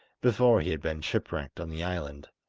before he had been shipwrecked on the island.